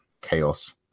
chaos